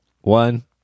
one